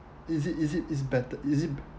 is it is it is better is it